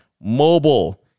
mobile